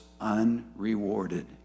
unrewarded